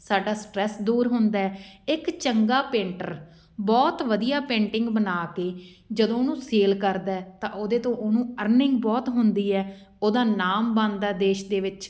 ਸਾਡਾ ਸਟ੍ਰੈੱਸ ਦੂਰ ਹੁੰਦਾ ਇੱਕ ਚੰਗਾ ਪੇਂਟਰ ਬਹੁਤ ਵਧੀਆ ਪੇਂਟਿੰਗ ਬਣਾ ਕੇ ਜਦੋਂ ਉਹਨੂੰ ਸੇਲ ਕਰਦਾ ਤਾਂ ਉਹਦੇ ਤੋਂ ਉਹਨੂੰ ਅਰਨਿੰਗ ਬਹੁਤ ਹੁੰਦੀ ਹੈ ਉਹਦਾ ਨਾਮ ਬਣਦਾ ਦੇਸ਼ ਦੇ ਵਿੱਚ